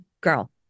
girl